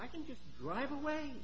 i can just drive away